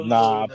Nah